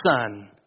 son